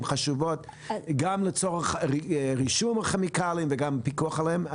חשובות גם לצורך רישום הכימיקלים וגם לפיקוח עליהם.